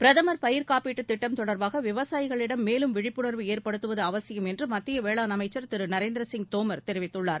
பிரதமர் பயிர் காப்பீட்டு திட்டம் தொடர்பாக விவசாயிகளிடம் மேலும் விழிப்புணர்வு ஏற்படுத்துவது அவசியம் என்று மத்திய வேளாண் அமைச்சர் திரு நரேந்திரசிங் தோமர் தெரிவித்துள்ளார்